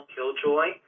Killjoy